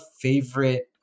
favorite